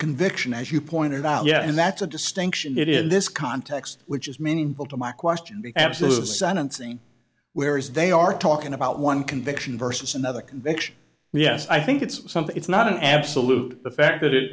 conviction as you pointed out yet and that's a distinction that in this context which is meaningful to my question because absence of sentencing where is they are talking about one conviction versus another conviction yes i think it's something it's not an absolute the fact that it